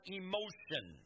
emotion